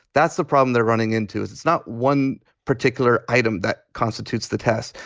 that's the problem they're running into. it's it's not one particular item that constitutes the test.